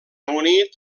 unit